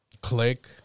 Click